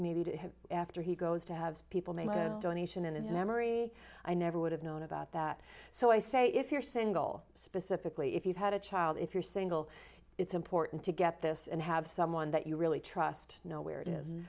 have after he goes to have people make a donation in his memory i never would have known about that so i say if you're single specifically if you've had a child if you're single it's important to get this and have someone that you really trust know where it is and